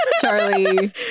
charlie